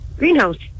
greenhouse